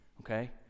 okay